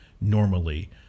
normally